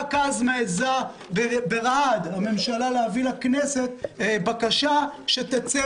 רק אז מעיזה ברעד הממשלה להביא לכנסת בקשה שתצר